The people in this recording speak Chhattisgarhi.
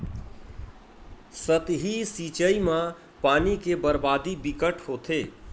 सतही सिचई म पानी के बरबादी बिकट होथे